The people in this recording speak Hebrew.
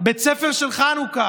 בית הספר של חנוכה,